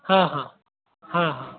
हां हां हां हां